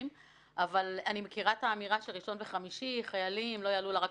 אבל אני מכירה את האמירה שראשון וחמישי חיילים לא יעלו לרכבות,